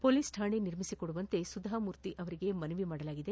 police ಕಾಣೆ ನಿರ್ಮಿಸಿಕೊಡುವಂತೆ ಸುಧಾಮೂರ್ತಿ ಅವರಿಗೆ ಮನವಿ ಮಾಡಲಾಗಿದೆ